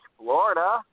Florida